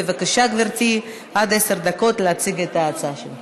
בבקשה, גברתי, עד עשר דקות להציג את ההצעה שלך.